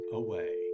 away